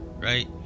right